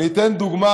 אני אתן דוגמה,